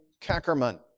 Kackerman